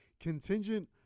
contingent